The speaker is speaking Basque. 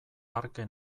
parke